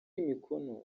imikono